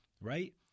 right